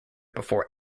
before